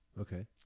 Okay